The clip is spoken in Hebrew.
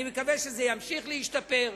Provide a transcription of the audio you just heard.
אני מקווה שזה ימשיך להשתפר.